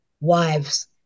wives